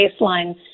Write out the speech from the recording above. baseline